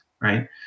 Right